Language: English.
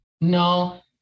No